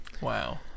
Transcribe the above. Wow